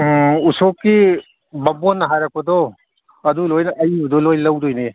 ꯑꯥ ꯎꯁꯣꯞꯀꯤ ꯕꯥꯃꯣꯟꯅ ꯍꯥꯏꯔꯛꯄꯗꯣ ꯑꯗꯨ ꯂꯣꯏꯅ ꯑꯏꯕꯗꯨ ꯂꯣꯏꯅ ꯂꯧꯒꯗꯣꯏꯅꯦ